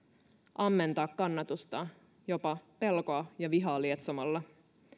ammentaa kannatusta jopa pelkoa ja vihaa lietsomalla